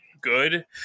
good